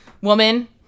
woman